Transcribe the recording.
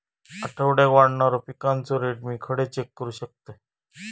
आठवड्याक वाढणारो पिकांचो रेट मी खडे चेक करू शकतय?